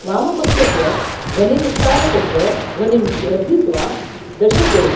वामपक्षस्य ध्वनिविस्तारकस्य ध्वनिं वर्धित्वा दश कुरु